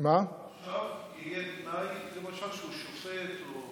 עכשיו יהיה תנאי, למשל שהוא שופט?